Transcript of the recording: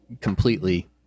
completely